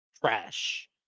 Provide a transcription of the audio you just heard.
trash